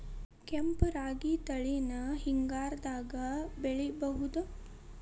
ಕೆಂಪ ರಾಗಿ ತಳಿನ ಹಿಂಗಾರದಾಗ ಬೆಳಿಬಹುದ?